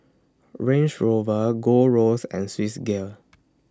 Range Rover Gold Roast and Swissgear